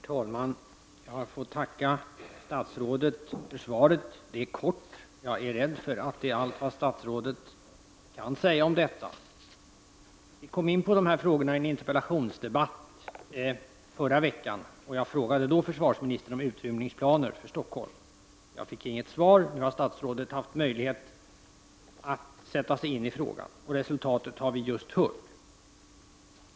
Herr talman! Jag får tacka statrådet för svaret. Det är kort, och jag är rädd för att det är allt vad statsrådet kan säga om detta. Vi kom in på dessa frågor i en interpellationsdebatt förra veckan. Jag frågade då försvarsministern om utrymningsplaner för Stockholm. Jag fick inget svar. Nu har statsrådet haft möjlighet att sätta sig in i frågan, och resultatet har vi just hört.